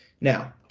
Now